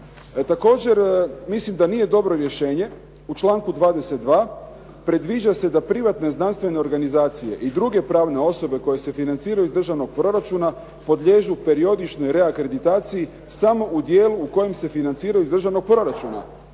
Također mislim da nije dobro rješenje u članku 22. predviđa se da privatne znanstvene organizacije i druge pravne osobe koje se financiraju iz državnog proračuna podliježu periodičnoj reakreditaciji samo u dijelu u kojem se financiraju iz državnog proračuna.